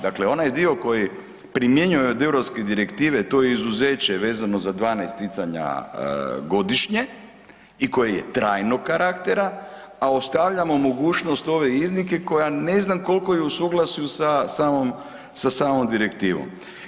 Dakle, onaj dio koji primjenjuje od europske direktive to je izuzeće vezano za 12 ticanja godišnje i koji je trajnog karaktera, a ostavljamo mogućnost ove iznimke koja ne znam koliko je u suglasju sa samom direktivom.